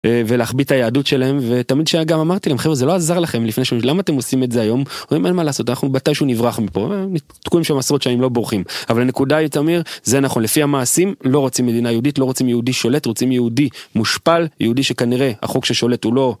ולהחביא את היהדות שלהם, ותמיד, גם אמרתי להם, חבר'ה זה לא עזר לכם לפני שנים, למה אתם עושים את זה היום, אין מה לעשות, אנחנו מתישהוא נברח מפה, תקועים שם עשרות שעים לא בורחים, אבל הנקודה היא תמיר, זה נכון, לפי המעשים, לא רוצים מדינה יהודית, לא רוצים יהודי שולט, רוצים יהודי מושפל, יהודי שכנראה החוק ששולט הוא לא.